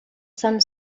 some